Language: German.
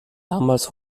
damals